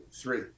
three